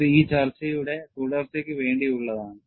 ഇത് ഈ ചർച്ചയുടെ തുടർച്ചയ്ക്ക് വേണ്ടിയുള്ളതാണ്